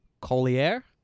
Collier